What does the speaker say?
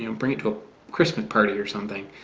um bring it to a christmas party or something.